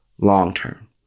long-term